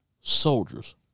soldiers